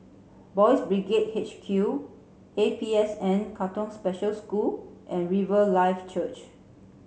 Boys' HQ A P S N Katong Special School and Riverlife Church